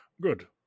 Good